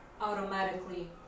automatically